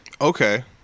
Okay